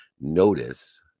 notice